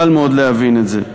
קל מאוד להבין את זה.